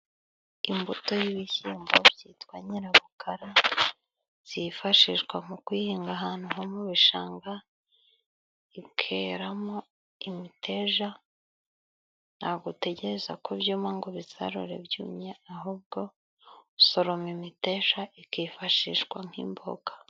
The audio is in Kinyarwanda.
Imbuto y'ibishyimbo byitwa nyirabukara zifashishwa mu guhinga ahantu hamwe mu bishanga, ikeramo imiteja, ntabwo utegereza ko byuma ngo ubisarure byumye ahubwo usoroma imiteja ikifashishwa nk'imboga.